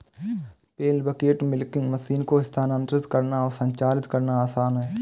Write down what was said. पेल bucket milking machine को स्थानांतरित करना और संचालित करना आसान है